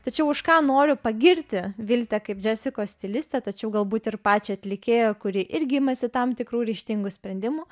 tačiau už ką noriu pagirti viltę kaip džesikos stilistė tačiau galbūt ir pačią atlikėją kuri irgi imasi tam tikrų ryžtingų sprendimų